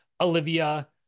Olivia